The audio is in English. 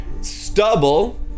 stubble